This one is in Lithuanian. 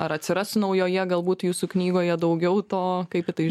ar atsiras naujoje galbūt jūsų knygoje daugiau to kaip į tai